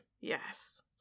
Yes